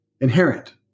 inherent